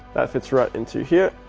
that fits right into here.